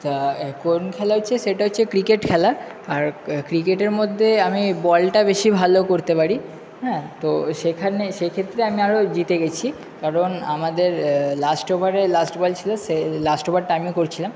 তা কোন খেলা হচ্ছে সেটা হচ্ছে ক্রিকেট খেলা আর ক্রিকেটের মধ্যে আমি বলটা বেশি ভালো করতে পারি হ্যাঁ তো সেখানে সেক্ষেত্রে আমি আরও জিতে গেছি কারণ আমাদের লাস্ট ওভারে লাস্ট বল ছিল সে লাস্ট ওভারটা আমি করছিলাম